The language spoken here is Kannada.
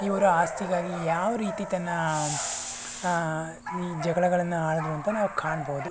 ಇವರು ಆಸ್ತಿಗಾಗಿ ಯಾವ ರೀತಿ ತನ್ನ ಈ ಜಗಳಗಳನ್ನು ಆಡಿದರು ಅಂತ ನಾವು ಕಾಣ್ಬೋದು